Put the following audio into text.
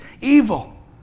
evil